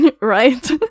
Right